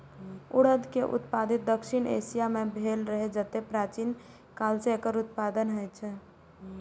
उड़द के उत्पत्ति दक्षिण एशिया मे भेल रहै, जतय प्राचीन काल सं एकर उत्पादन होइ छै